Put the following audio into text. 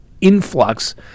influx